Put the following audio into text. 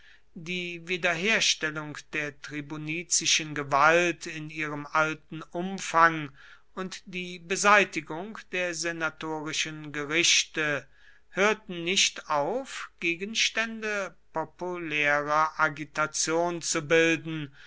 die wiederherstellung der tribunizischen gewalt in ihrem alten umfang und die beseitigung der senatorischen gerichte hörten nicht auf gegenstände populärer agitation zu bilden